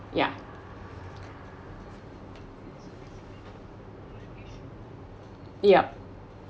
yeah yup